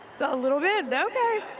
a little bit. okay.